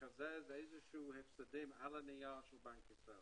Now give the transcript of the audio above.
לקזז הפסדים על הנייר של בנק ישראל,